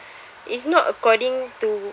it's not according to